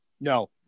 No